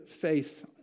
faith